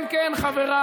כן, כן, חבריי.